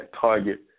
target